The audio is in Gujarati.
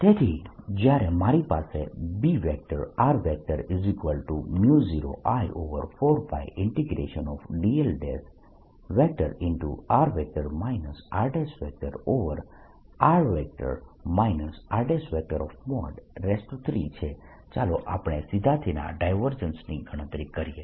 તેથી જ્યારે મારી પાસે B0I4πdl×r rr r3 છે ચાલો આપણે સીધા તેના ડાયવર્જન્સની ગણતરી કરીએ